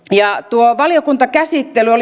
tuo valiokuntakäsittely